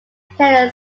canadian